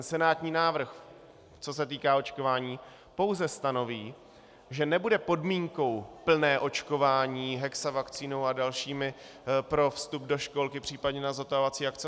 Senátní návrh, co se týká očkování, pouze stanoví, že nebude podmínkou plné očkování hexavakcínou a dalšími pro vstup do školky, případně na zotavovací akce.